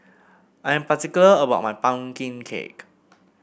I am particular about my pumpkin cake